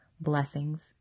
Blessings